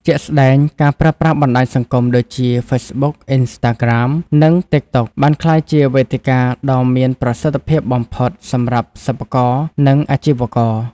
ជាក់ស្ដែង ការប្រើប្រាស់ បណ្ដាញសង្គម ដូចជា Facebook, Instagram, និង TikTok បានក្លាយជាវេទិកាដ៏មានប្រសិទ្ធភាពបំផុតសម្រាប់សិប្បករ និងអាជីវករ។